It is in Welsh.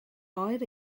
oer